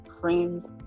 friends